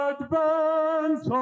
Advance